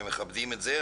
ואנחנו מכבדים את זה.